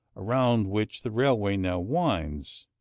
around which the railway now winds.